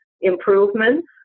improvements